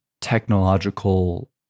technological